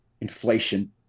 inflation